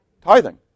Tithing